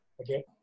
Okay